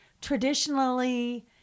traditionally